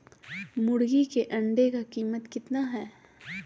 मुर्गी के अंडे का कीमत कितना है?